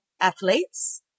athletes